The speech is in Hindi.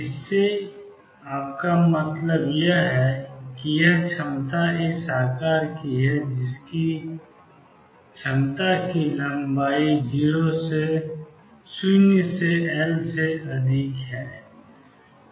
इससे आपका मतलब यह है कि यह क्षमता इस आकार की है जिसकी क्षमता 0 लंबाई L से अधिक है